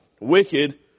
wicked